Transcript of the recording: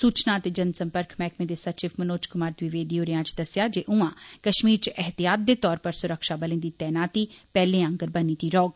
सूचना ते जन सम्पर्क मैहकमे दे सचिव मनोज कुमार द्विवेदी होरें अज्ज दस्सेआ जे उआं कश्मीर च एहतियात दे तौर उप्पर सुरक्षाबलें दी तैनाती पैहले आंगर बनी दी रौहग